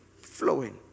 flowing